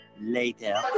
later